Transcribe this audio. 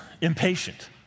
impatient